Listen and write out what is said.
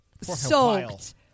soaked